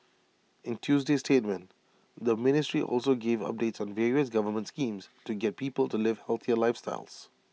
in Tuesday's statement the ministry also gave updates on various government schemes to get people to live healthier lifestyles